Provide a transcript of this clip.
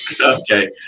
Okay